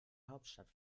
hauptstadt